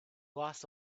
lost